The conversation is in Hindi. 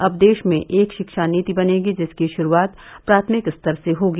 अब देश में एक रिक्षा नीति बनेगी जिसकी शुरूआत प्राथमिक स्तर से होगी